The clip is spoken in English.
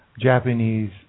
Japanese